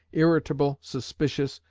irritable, suspicious,